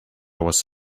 was